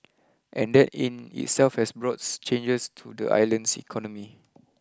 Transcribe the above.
and that in itself has brought changes to the island's economy